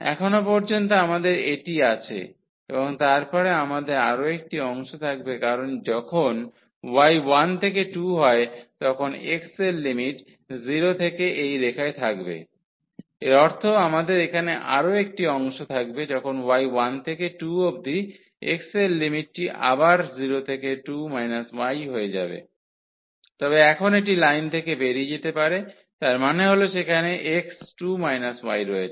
এখনও পর্যন্ত আমাদের এটি আছে এবং তারপরে আমাদের আরও একটি অংশ থাকবে কারণ যখন y 1 থেকে 2 হয় তখন x এর লিমিট 0 থেকে এই রেখায় থাকবে এর অর্থ আমাদের এখানে আরও একটি অংশ থাকবে যখন y 1 থেকে 2 অবধি x এর লিমিটটি আবার 0 থেকে 2 y হয়ে যাবে তবে এখন এটি লাইন থেকে বেরিয়ে যেতে পারে তার মানে হল সেখানে x 2 y রয়েছে